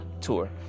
tour